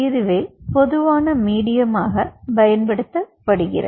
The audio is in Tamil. இதுவே பொதுவான மீடியமாக பயன்படுத்தப்படுகிறது